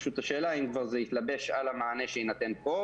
פשוט השאלה אם כבר זה התלבש על המענה שיינתן פה,